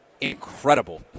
incredible